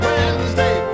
Wednesday